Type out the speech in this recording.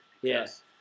Yes